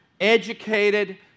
educated